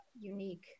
unique